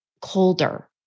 colder